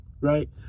right